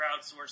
crowdsourcing